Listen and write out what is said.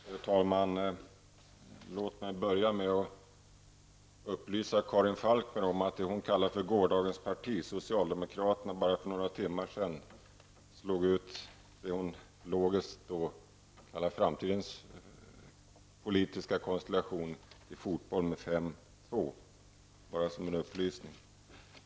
Herr talman! Låt mig börja med att upplysa Karin Falkmer om att det hon kallade gårdagens parti -- socialdemokraterna -- bara för några timmar sedan slog ut det hon logiskt borde kalla framtidens politiska konstellation i fotboll med 5--2. Jag vill nämna det bara som en upplysning.